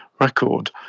record